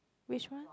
which one